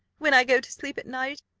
when i go to sleep at night,